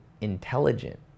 intelligent